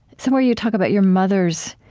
somewhere, you talk about your mother's